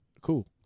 Cool